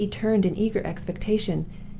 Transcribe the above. he turned in eager expectation,